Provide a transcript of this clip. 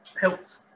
helped